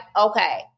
okay